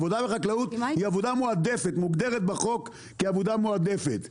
עבודה בחקלאות מוגדרת בחוק כעבודה מועדפת,